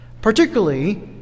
particularly